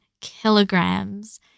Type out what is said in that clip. kilograms